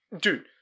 Dude